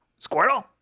Squirtle